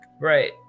Right